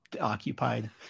occupied